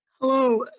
Hello